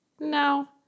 No